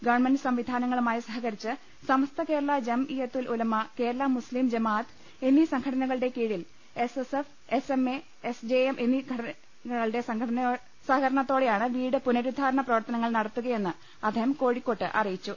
government സംവിധാനങ്ങളു മായി സഹകരിച്ച് സമസ്ത കേരള ജം ഇയ്യത്തുൽ ഉലമ കേരള മുസ്ലീം ജമാഅത്ത് എന്നീ സംഘടനകളുടെ കീഴിൽ S S F S M A S J M എന്നീ ഘടകങ്ങളുടെ സഹകരണത്തോടെയാണ് വീട് പുനരുദ്ധാരണ പ്രവർത്തനങ്ങൾ നടത്തുകയെന്ന് അദ്ദേഹം കോഴിക്കോട്ട് അറിയിച്ചു